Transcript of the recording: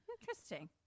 interesting